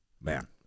man